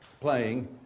playing